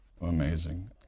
Amazing